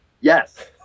yes